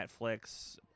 netflix